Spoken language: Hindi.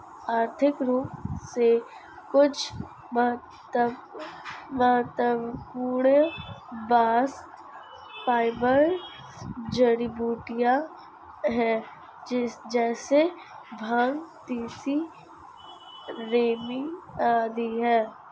आर्थिक रूप से कुछ महत्वपूर्ण बास्ट फाइबर जड़ीबूटियां है जैसे भांग, तिसी, रेमी आदि है